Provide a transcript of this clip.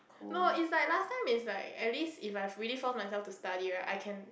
no is like last time is like at least if I fully force myself to study right I can